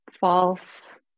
false